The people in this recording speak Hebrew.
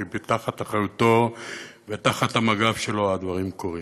כי תחת אחריותו ותחת המגף שלו הדברים קורים.